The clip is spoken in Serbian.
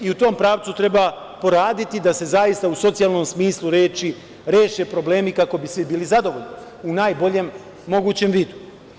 I u tom pravcu treba poraditi da se zaista u socijalnom smislu reči reše problemi kako bi svi bili zadovoljni u najboljem mogućem vidu.